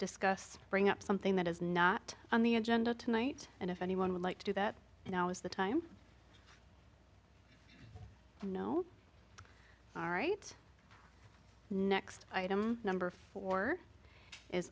discuss bring up something that is not on the agenda tonight and if anyone would like to do that now is the time you know all right next item number four is